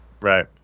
Right